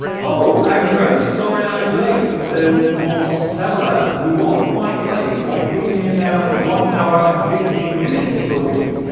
oh i'm very sorry i'm late says marcella you are quite late i've been here now for one hour in fifteen minutes talking